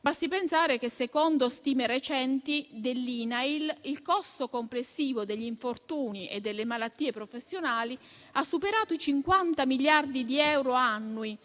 Basti pensare che, secondo stime recenti dell'INAIL, il costo complessivo degli infortuni e delle malattie professionali ha superato i 50 miliardi di euro annui,